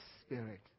spirit